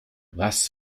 was